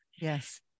Yes